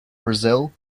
brazil